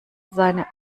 seine